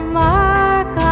mark